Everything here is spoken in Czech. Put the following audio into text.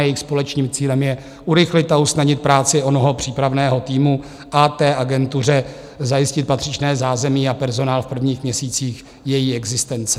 Jejich společným cílem je urychlit a usnadnit práci onoho přípravného týmu a té agentuře zajistit patřičné zázemí a personál v prvních měsících její existence.